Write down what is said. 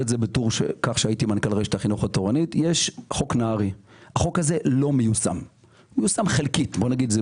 את חוק נהרי שמיושם חלקית.